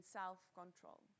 self-control